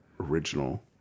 original